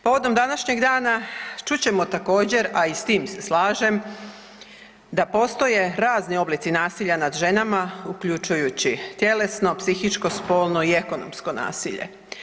Povodom današnjeg dana čut ćemo također, a i s tim se slažem da postoje razni oblici nasilja nad ženama uključujući tjelesno, psihičko, spolno i ekonomsko nasilje.